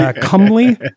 Comely